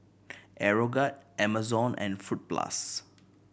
Aeroguard Amazon and Fruit Plus